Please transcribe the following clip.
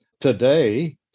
today